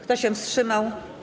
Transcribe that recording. Kto się wstrzymał?